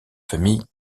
famille